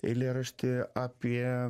eilėraštį apie